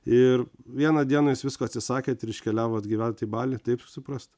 ir vieną dieną jūs visko atsisakėt ir iškeliavot gyvent į balį taip suprast